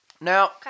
Now